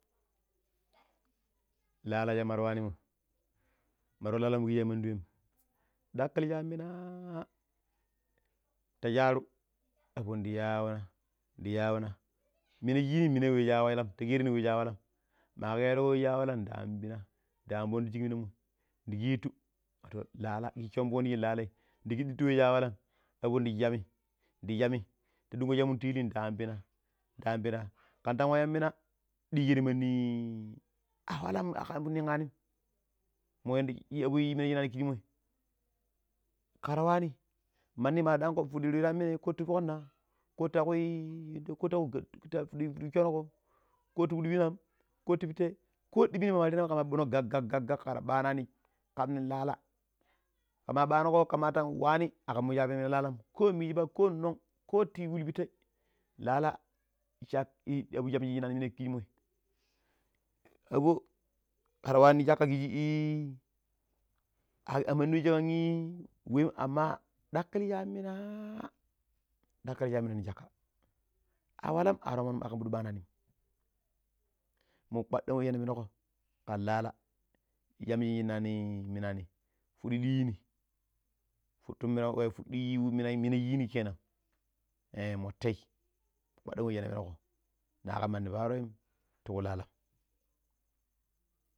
Laalaa shamar wanimo mar wa laa-laa mo kiji amandi weem ɗakkillishi yamminaa ta shaaru abon ndi yuwuna ndi yawuuna mina shine muna wa waim ta kareni we shi a walam ma kero we shi a walam ndi amfon ti shile minai ndi keetu soomboi shi laa- laai ndi kiɗittu wa. Shi a walam abo ndi sammi ndi sammi ta ɗunkon ti ili ndi ambina ndi ambina kandan wa yammina dikero mandi a awalam akan pidi ninganim moi yanda abo yina shinani kigimoi kar waani manni ma dango pidiriru yammanai ko ti fok ko takui fudissonko ko ti pidi pina am ko ti pittei ko domin mama rina kama ɓaɓɓinko gak gak gak gak kar banani kam nin laa laa kam banugo kamatan wani akan mu shi a peno laa- laam, ko missiba ko nona ko ti kuuli pittei laa laa abo shabji minanima kichemo. Abo kar wani nin shakka kijii aa amanni we shekam ii we amma dalkilishi. Yamminaaa dikkiji yammuna nin shakka a walam a toomom akam pidi ɓananin mo kpadan we shina penko kan laa laa samji shimani yaminani fudu dijini fuduji mo mina mina shinnani keenan moi tei kpadai wei shina pineko na kam mani paaroim ti ku laa- laam.